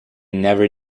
never